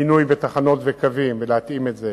שינוי בתחנות ובקווים כדי להתאים אותם